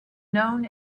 known